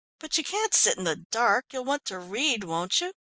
but you can't sit in the dark, you'll want to read, won't you?